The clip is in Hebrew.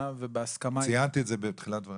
ובהסכמה --- ציינתי את זה בתחילת דבריי.